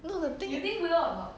no the thing